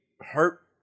hurt